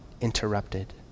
interrupted